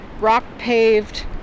rock-paved